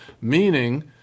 meaning